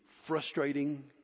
frustrating